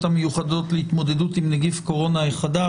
המיוחדות להתמודדות עם נגיף קורונה החדש,